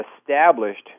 established